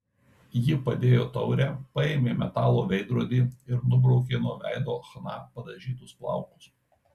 ji padėjo taurę paėmė metalo veidrodį ir nubraukė nuo veido chna padažytus plaukus